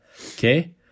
Okay